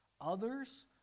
others